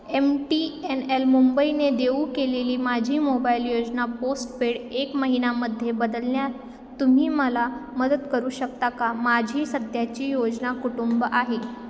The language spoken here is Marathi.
एम टी एन एल मुंबईने देऊ केलेली माझी मोबाईल योजना पोस्टपेड एक महिन्यामध्ये बदलण्यात तुम्ही मला मदत करू शकता का माझी सध्याची योजना कुटुंब आहे